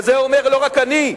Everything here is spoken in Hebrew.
ואת זה אומר לא רק אני,